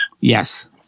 Yes